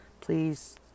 please